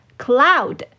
cloud